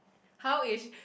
how is